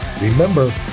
Remember